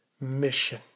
mission